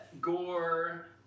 Gore